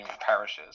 parishes